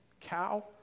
cow